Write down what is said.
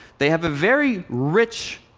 they have a very rich,